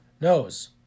knows